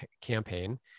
campaign